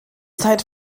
zeit